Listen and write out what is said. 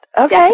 Okay